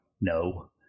No